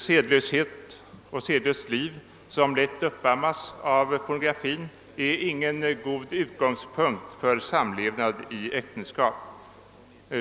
Sedeslöshet som lätt uppammas av pornografin är ingen god utgångspunkt för samlevnad i äktenskap.